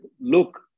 Look